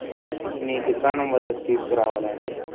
మీ మీ దుకాణం వద్దకు తీసుకురావాలా అండి